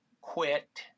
quit